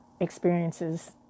experiences